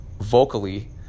vocally